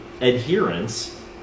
adherence